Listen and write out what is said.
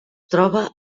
troba